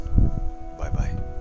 Bye-bye